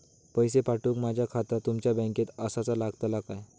पैसे पाठुक माझा खाता तुमच्या बँकेत आसाचा लागताला काय?